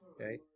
okay